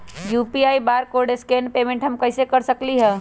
UPI barcode scan payment हम कईसे कर सकली ह?